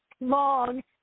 long